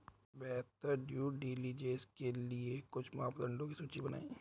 बेहतर due diligence के लिए कुछ मापदंडों की सूची बनाएं?